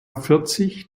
vierzig